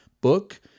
book